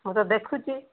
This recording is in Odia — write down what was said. ମୁଁ ତ ଦେଖୁଚି